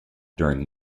during